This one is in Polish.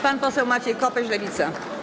Pan poseł Maciej Kopiec, Lewica.